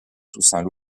toussaint